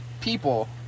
People